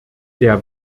der